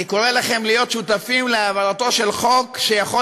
אני קורא לכם להיות שותפים להעברתו של חוק שיכול